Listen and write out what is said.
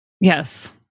yes